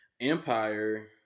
Empire